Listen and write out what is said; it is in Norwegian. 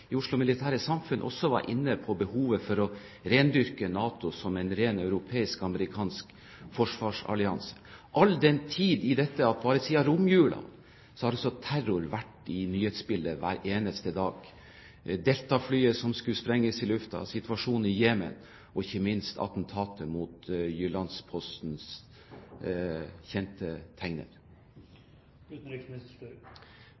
i Oslo Militære Samfund også var inne på behovet for å rendyrke NATO som en europeisk-amerikansk forsvarsallianse, og dette all den tid terror bare siden romjulen har vært i nyhetsbildet hver eneste dag: Delta-flyet som skulle sprenges i luften, situasjonen i Jemen og ikke minst attentatet mot Jyllands-Postens kjente